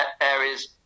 areas